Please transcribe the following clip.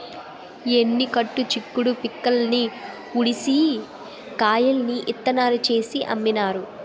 ఎన్ని కట్టు చిక్కుడు పిక్కల్ని ఉడిసి కాయల్ని ఇత్తనాలు చేసి అమ్మినారు